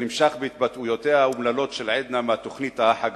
זה נמשך בהתבטאויותיה האומללות של עדנה מהתוכנית "האח הגדול",